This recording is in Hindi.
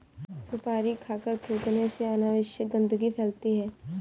सुपारी खाकर थूखने से अनावश्यक गंदगी फैलती है